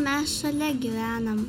mes šalia gyvenam